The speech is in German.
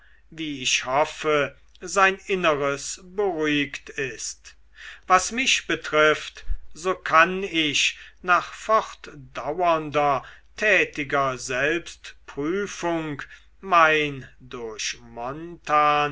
wie ich hoffe sein inneres beruhigt ist was mich betrifft so kann ich nach fortdauernder tätiger selbstprüfung mein